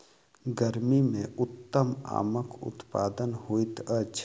गर्मी मे उत्तम आमक उत्पादन होइत अछि